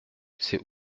c’est